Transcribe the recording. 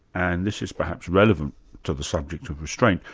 and this is perhaps relevant to the subject of restraint,